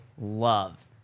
love